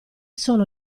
sono